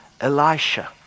Elisha